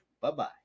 bye-bye